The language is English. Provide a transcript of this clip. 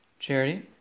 Charity